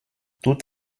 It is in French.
tout